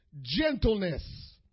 gentleness